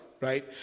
right